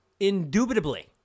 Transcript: indubitably